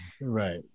right